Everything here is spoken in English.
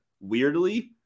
weirdly